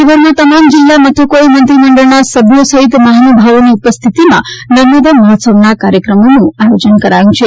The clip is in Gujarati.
રાજ્યભરમાં તમામ જિલ્લા મથકોએ મંત્રીમંડળના સભ્યો સહિત મહાનુભાવોની ઉપસ્થિતિમાં નર્મદા મહોત્સવના કાર્યક્રમોનું આયોજન કરાયું છે